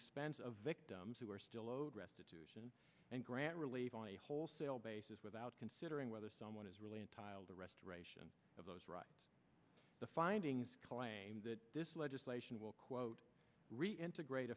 expense of victims who are still owed restitution and grant relief on a wholesale basis without considering whether someone is really in tile the restoration of those rights the findings of this legislation will quote reintegrate